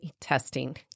testing